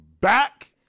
back